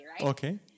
Okay